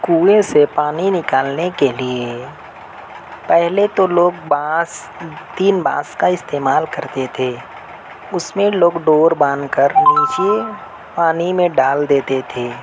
کنویں سے پانی نکالنے کے لیے پہلے تو لوگ بانس تین بانس کا استعمال کرتے تھے اس میں لوگ ڈور باندھ کر نیچے پانی میں ڈال دیتے تھے